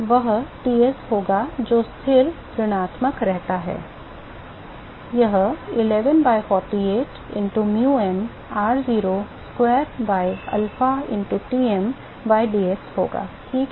तो वह Ts होगा जो स्थिरऋणात्मक रहता है यह 11 by 48 into um r0 square by alpha into dTm by dx होगा ठीक